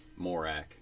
Morak